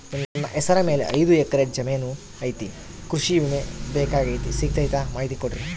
ನನ್ನ ಹೆಸರ ಮ್ಯಾಲೆ ಐದು ಎಕರೆ ಜಮೇನು ಐತಿ ಕೃಷಿ ವಿಮೆ ಬೇಕಾಗೈತಿ ಸಿಗ್ತೈತಾ ಮಾಹಿತಿ ಕೊಡ್ರಿ?